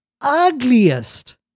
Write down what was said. ugliest